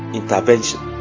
intervention